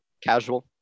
casual